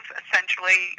essentially